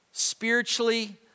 spiritually